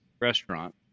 restaurant